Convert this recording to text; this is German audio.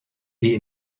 die